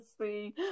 see